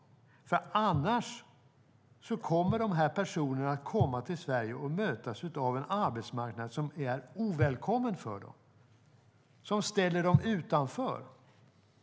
Annars kommer dessa personer som kommer till Sverige att mötas av en icke välkomnande arbetsmarknad som ställer dem utanför.